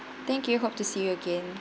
thank you hope to see you again